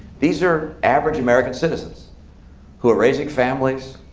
these are average american citizens who are raising families,